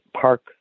park